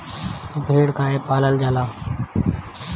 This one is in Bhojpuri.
भेड़ काहे पालल जाला?